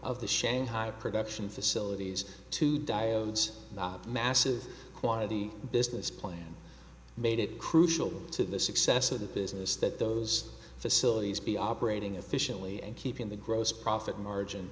of the shanghai production facilities two diodes a massive quantity business plan made it crucial to the success of the business that those facilities be operating efficiently and keeping the gross profit margin